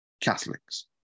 Catholics